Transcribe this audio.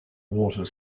water